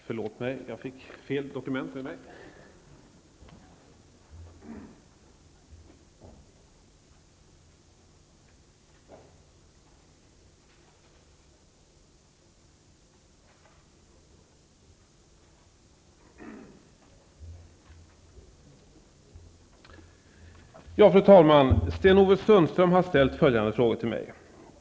Fru talman! Sten-Ove Sundström har ställt följande frågor till mig: 1.